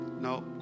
No